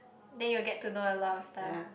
then you get to know a lot of stuff